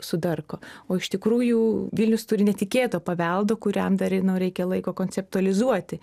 sudarko o iš tikrųjų vilnius turi netikėto paveldo kuriam dar reikia laiko konceptualizuoti